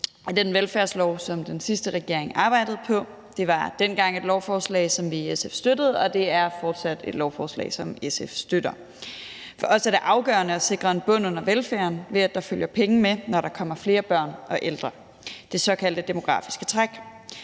om velfærd, som den sidste regering arbejdede på. Det var dengang et lovforslag, som vi i SF støttede, og det er fortsat et lovforslag, som SF støtter. For os er det afgørende at sikre en bund under velfærden, ved at der følger penge med, når der kommer flere børn og ældre, det såkaldte demografiske træk.